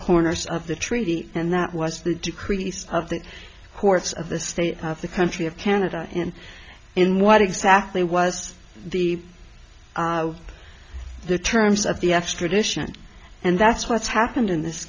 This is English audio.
corners of the treaty and that was the decrease of the courts of the state of the country of canada and in what exactly was the the terms of the extradition and that's what's happened in this